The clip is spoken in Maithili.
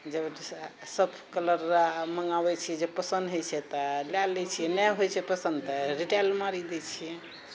जाहिमे सब कलर रऽ माँगाबै छिऐ जे पसन्द होइ छै तऽ लए लै छिऐ नहि होइ छै पसन्द तऽ रिटेल मारी दए छिऐ